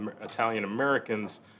Italian-Americans